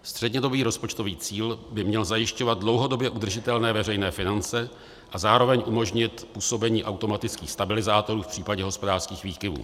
Střednědobý rozpočtový cíl by měl zajišťovat dlouhodobě udržitelné veřejné finance a zároveň umožnit působení automatických stabilizátorů v případě hospodářských výkyvů.